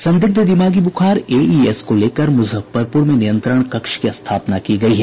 संदिग्ध दिमागी बुखार एईएस को लेकर मुजफ्फरपुर में नियंत्रण कक्ष की स्थापना की गयी है